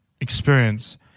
experience